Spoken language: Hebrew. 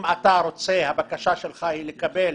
אם הבקשה שלך היא לקבל